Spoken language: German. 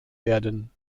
werden